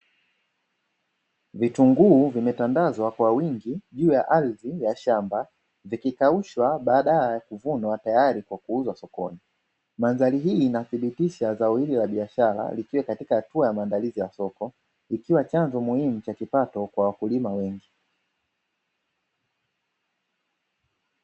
Vitunguu vimetandazwa kwa wingi juu ya ardhi ya shamba vikikaushwa kwa wingi badala ya kuvunwa tayari wa kuuzwa sokoni, mandhari hii inathibitisha zao hili la biashara likiwa katika hatua ya maandalizi ya soko ikiwa chanzo muhimu cha kipato kwa wakulima wengi.